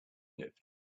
lived